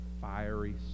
fiery